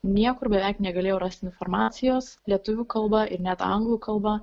niekur beveik negalėjau rasti informacijos lietuvių kalba ir net anglų kalba